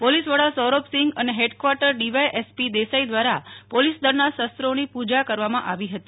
પોલીસવડા સૌરભસિંગ અને head quarter DYSP Desai દ્વારા પોલીસદળના શસ્ત્રોની પૂજા કરવામાં આવી હતી